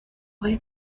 های